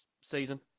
season